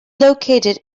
located